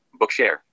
Bookshare